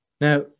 now